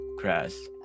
class